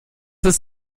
ist